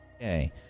Okay